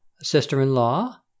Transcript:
Sister-in-law